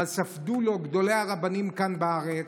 אבל ספדו לו גדולי הרבנים כאן בארץ,